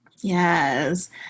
Yes